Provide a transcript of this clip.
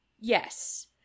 Yes